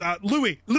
Louis